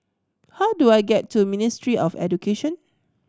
how do I get to Ministry of Education